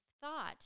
thought